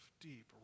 deep